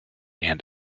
and